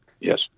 Yes